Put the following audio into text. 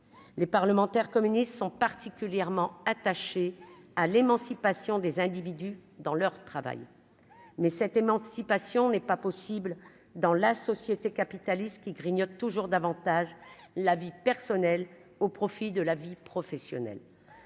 les parlementaires communistes sont particulièrement attachés à l'émancipation des individus dans leur travail, mais cette émancipation n'est pas possible dans la société capitaliste qui grignotent toujours davantage la vie personnelle au profit de la vie professionnelle,